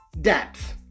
depth